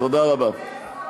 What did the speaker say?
תודה רבה.